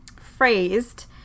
phrased